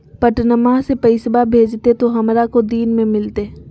पटनमा से पैसबा भेजते तो हमारा को दिन मे मिलते?